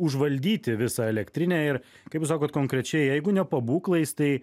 užvaldyti visą elektrinę ir kaip jūs sakot konkrečiai jeigu ne pabūklais tai